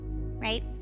Right